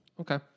okay